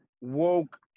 woke